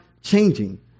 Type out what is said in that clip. changing